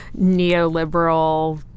neoliberal